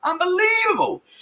Unbelievable